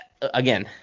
again